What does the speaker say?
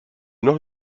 noch